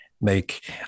make